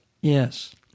Yes